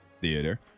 Theater